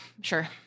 sure